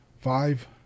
Five